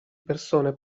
persone